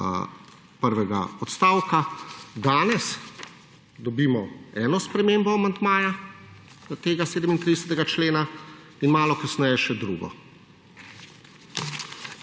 prvega odstavka. Danes dobimo eno spremembo amandmaja tega 37. člena in malo kasneje še drugo. Če